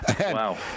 Wow